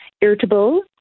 irritable